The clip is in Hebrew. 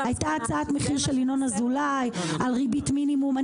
הייתה הצעת מחיר של ינון אזולאי על ריבית מינימום.